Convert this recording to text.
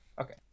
Okay